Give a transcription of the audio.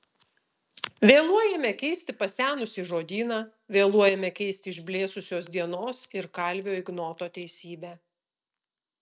vėluojame keisti pasenusį žodyną vėluojame keisti išblėsusios dienos ir kalvio ignoto teisybę